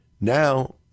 Now